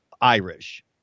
Irish